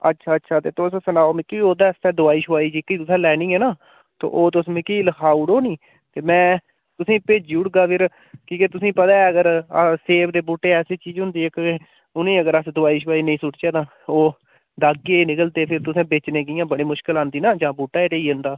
अच्छा अच्छा ते तुस सनाओ मिकी ओह्दे आस्तै दोआई शोआई जेह्की तुसें लैनी है ना ते ओह् तुस मिकी लखाई ओड़ो निं ते में तुसें ई भेज्जी ओड़गा फ्ही की के तुसें ई पता अगर सेब दे बूह्टे ऐसी चीज होंदी इक उ'नें ई अगर अस दोआई शोआई नेईं सु'ट्टचे तां ओ डाक्के निकलदे ते भी तु'सें बेचने कि'यां बड़े मुश्कल औंदी ना जां बूह्टा गै ढेई जंदा